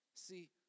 see